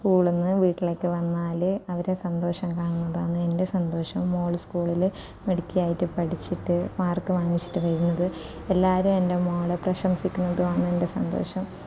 സ്കൂളിൽ നിന്ന് വീട്ടിലേക്ക് വന്നാൽ അവരെ സന്തോഷം കാണുന്നതാണ് എൻ്റെ സന്തോഷം മോൾ സ്കൂളിൽ മിടുക്കിയായിട്ട് പഠിച്ചിട്ട് മാർക്ക് വാങ്ങിച്ചിട്ട് വരുന്നത് എല്ലാവരും എൻ്റെ മോളെ പ്രശംസിക്കുന്നതും ആണ് എൻ്റെ സന്തോഷം